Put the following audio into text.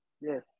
Yes